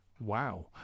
Wow